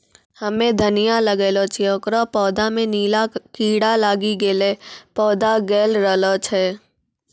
हम्मे धनिया लगैलो छियै ओकर पौधा मे नीला कीड़ा लागी गैलै पौधा गैलरहल छै?